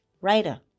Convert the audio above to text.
writer